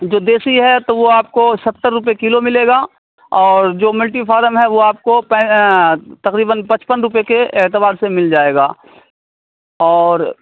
جو دیسی ہے تو وہ آپ کو ستر روپے کلو ملے گا اور جو ملٹی فارم ہے وہ آپ کو پیں تقریباً پچپن روپے کے اعتبار سے مل جائے گا اور